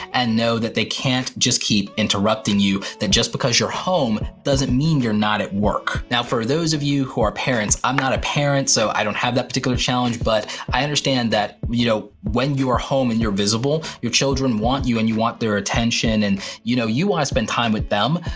and know that they can't just keep interrupting you. that just because you're home doesn't mean you're not at work. now, for those of you who are parents, i'm not a parent, so i don't have that particular challenge, but i understand that, you know, when you are home and you're visible, your children want you and you want their attention. and you know, you wanna spend time with them.